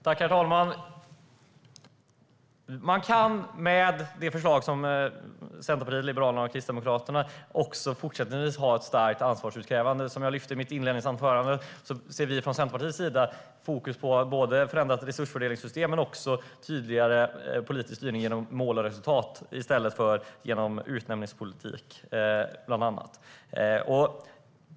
Herr talman! Man kan med förslaget från Centerpartiet, Liberalerna och Kristdemokraterna också fortsättningsvis ha ett starkt ansvarsutkrävande. Som jag lyfte fram i mitt inledningsanförande sätter vi från Centerpartiets sida fokus på ett förändrat resursfördelningssystem men också på tydligare politisk styrning genom mål och resultat i stället för genom bland annat utnämningspolitik.